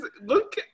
look –